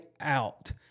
out